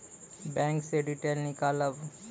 Bank से detail नीकालव?